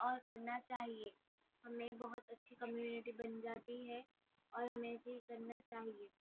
اور کرنا چاہیے ہمیں بہت اچھی کمیونیٹی بن جاتی ہے اور ہمیں ایسے ہی کرنا چاہیے